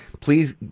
please